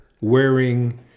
wearing